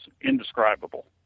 indescribable